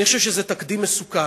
אני חושב שזה תקדים מסוכן,